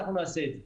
ואנחנו נעשה את זה,